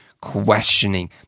questioning